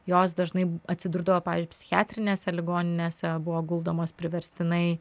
jos dažnai atsidurdavo pavyzdžiui psichiatrinėse ligoninėse buvo guldomos priverstinai